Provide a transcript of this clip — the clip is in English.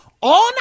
on